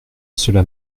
cela